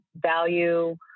value